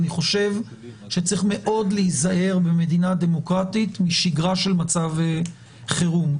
אני חושב שצריך מאוד להיזהר במדינה דמוקרטית משגרה של מצב חירום,